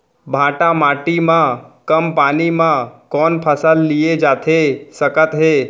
भांठा माटी मा कम पानी मा कौन फसल लिए जाथे सकत हे?